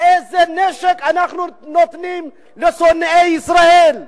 איזה נשק אנחנו נותנים לשונאי ישראל,